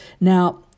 Now